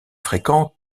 fréquents